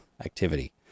activity